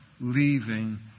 leaving